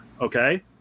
Okay